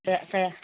ꯀꯌꯥ